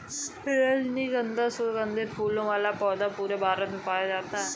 रजनीगन्धा सुगन्धित फूलों वाला पौधा पूरे भारत में पाया जाता है